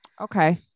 Okay